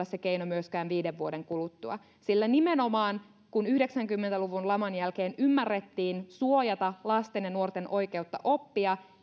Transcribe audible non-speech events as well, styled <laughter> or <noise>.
<unintelligible> se keino myöskään viiden vuoden kuluttua sillä nimenomaan sen pohjalta kun yhdeksänkymmentä luvun laman jälkeen ymmärrettiin suojata lasten ja nuorten oikeutta oppia